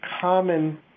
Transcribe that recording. common